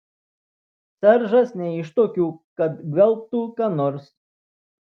seržas ne iš tokių kad gvelbtų ką nors